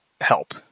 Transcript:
help